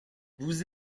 vous